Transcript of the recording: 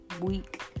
week